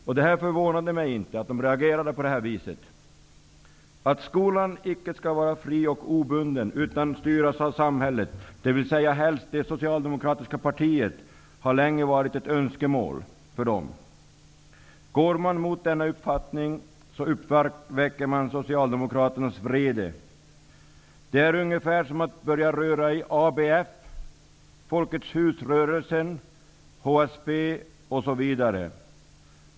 Att de reagerade på det här viset förvånade mig inte. Att skolan icke skall vara fri och obunden utan styras av samhället, dvs. helst det socialdemokratiska partiet, har länge varit ett önskemål för dem. Om man går emot denna uppfattning uppväcker man Socialdemokraternas vrede. Det är ungefär som att börja röra i ABF, Folkets hus-rörelsen, HSB osv.